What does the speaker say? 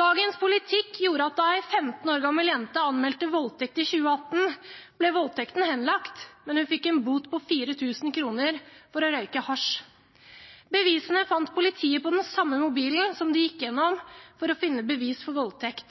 Dagens politikk gjorde at da en 15 år gammel jente anmeldte voldtekt i 2018, ble voldtekten henlagt, men hun fikk en bot på 4 000 kr for å røyke hasj. Bevisene fant politiet på den samme mobilen som de gikk gjennom for å finne bevis for voldtekt.